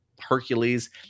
hercules